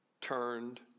Turned